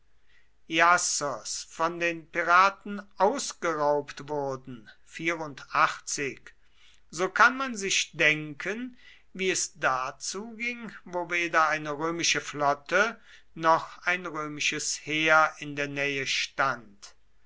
iassos von den piraten ausgeraubt wurden so kann man sich denken wie es da zuging wo weder eine römische flotte noch ein römisches heer in der nähe stand